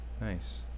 nice